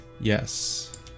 Yes